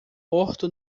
morto